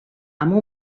amb